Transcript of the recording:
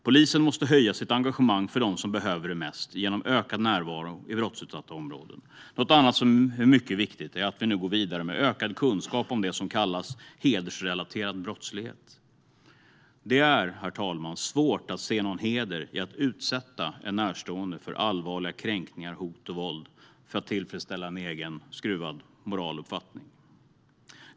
Polisen måste höja sitt engagemang för dem som behöver det mest genom ökad närvaro i brottsutsatta områden. Något annat som är mycket viktigt är att vi går vidare med ökad kunskap om det som kallas hedersrelaterad brottslighet. Det är svårt att se någon heder i att man utsätter en närstående för allvarliga kränkningar, hot och våld för att tillfredsställa en egen skruvad moraluppfattning.